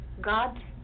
God